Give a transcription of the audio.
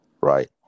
right